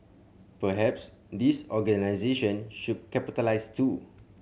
perhaps these organisation should capitalize too